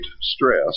stress